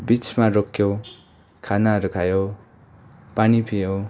बिचमा रोक्यौैँ खानाहरू खायो पानी पिइयौँ